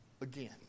again